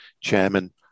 chairman